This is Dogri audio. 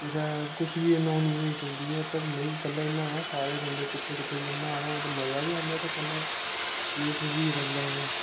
कुदै कुछ बी अनहोनी होई सकदी ऐ पर नेईं कल्ले नी न्हाना सारें बंदें किट्ठे किट्ठे न्हाना होऐ ते मज़ा बी आंदा ते कन्नै सेफ बी रैंह्दा ऐ